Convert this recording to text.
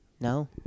no